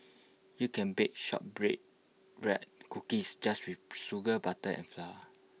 you can bake short bread cookies just with sugar butter and flour